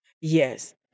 Yes